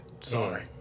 Sorry